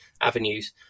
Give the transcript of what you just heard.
avenues